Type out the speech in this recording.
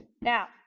Now